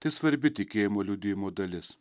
tai svarbi tikėjimo liudijimo dalis